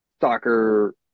soccer